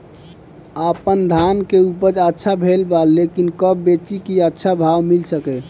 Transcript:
आपनधान के उपज अच्छा भेल बा लेकिन कब बेची कि अच्छा भाव मिल सके?